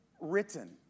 written